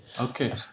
Okay